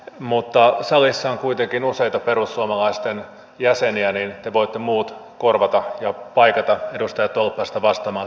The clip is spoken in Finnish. mutta kun salissa on kuitenkin useita perussuomalaisten jäseniä niin te muut voitte korvata ja paikata edustaja tolppasta vastaamalla kysymyksiini